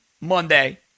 Monday